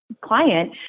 client